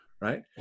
Right